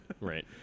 Right